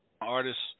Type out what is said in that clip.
artists